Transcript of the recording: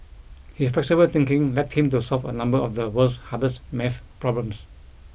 his flexible thinking led him to solve a number of the world's hardest math problems